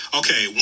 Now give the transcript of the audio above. okay